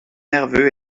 nerveux